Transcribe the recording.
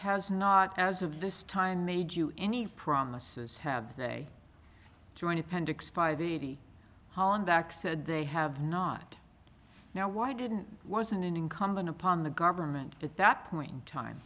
has not as of this time made you any promises have they join appendix five hollaback said they have not now why didn't wasn't an incumbent upon the government at that point in time